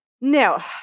Now